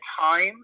time